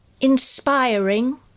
Inspiring